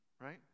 Right